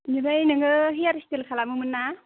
बिनिफाय नोङो हियार स्टेल खालामो मोन्ना